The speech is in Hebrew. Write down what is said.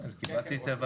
כן, קיבלתי את זה.